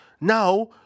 Now